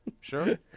Sure